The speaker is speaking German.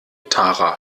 tara